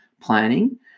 planning